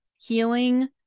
healing